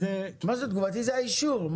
תגובתי זה האישור.